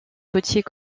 potiers